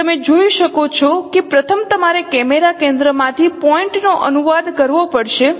તેથી તમે જોઈ શકો છો કે પ્રથમ તમારે કેમેરા કેન્દ્રમાંથી પોઇન્ટનો અનુવાદ કરવો પડશે